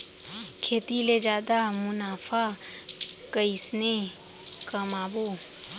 खेती ले जादा मुनाफा कइसने कमाबो?